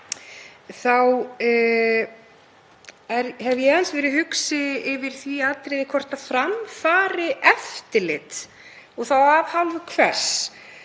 þá hef ég aðeins verið hugsi yfir því atriði hvort fram fari eftirlit og þá af hálfu hvers